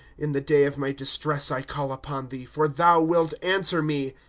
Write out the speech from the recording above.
in the day of my distress i call upon thee for thou wilt answer me.